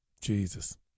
Jesus